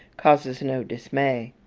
causes no dismay.